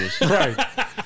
Right